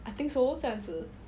I think so 这样子